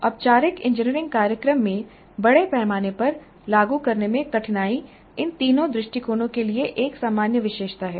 औपचारिक इंजीनियरिंग कार्यक्रम में बड़े पैमाने पर लागू करने में कठिनाई इन तीनों दृष्टिकोणों के लिए एक सामान्य विशेषता है